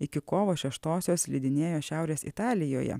iki kovo šeštosios slidinėjo šiaurės italijoje